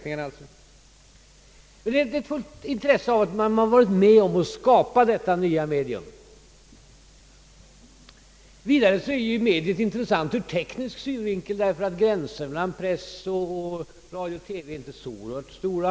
Det har varit ett stort intresse för att skapa detta nya medium. Vidare har ju detta medium varit intressant ur teknisk synvinkel, ty gränserna mellan press, radio och TV är inte så stora.